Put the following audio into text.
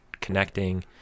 connecting